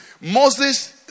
Moses